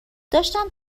داشتم